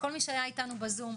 כל מי שהיה איתנו בזום,